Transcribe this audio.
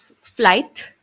flight